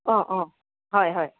অঁ অঁ হয় হয়